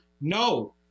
No